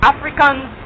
Africans